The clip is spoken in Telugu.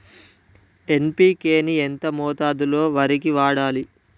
ఎన్.పి.కే ని ఎంత మోతాదులో వరికి వాడాలి?